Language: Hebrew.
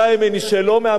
שלא מן המיסיון,